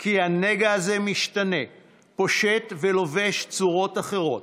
כי הנגע הזה משתנה, פושט ולובש צורות אחרות.